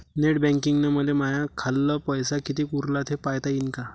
Net बँकिंगनं मले माह्या खाल्ल पैसा कितीक उरला थे पायता यीन काय?